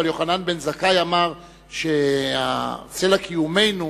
אבל יוחנן בן זכאי אמר שסלע קיומנו,